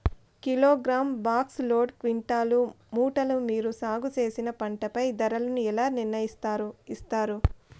Kilogram, box, load, quintal, మూటలు మీరు సాగు చేసిన పంటపై ధరలను ఎలా నిర్ణయిస్తారు యిస్తారు?